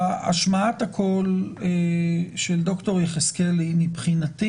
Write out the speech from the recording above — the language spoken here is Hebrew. השמעת הקול של ד"ר יחזקאלי מבחינתי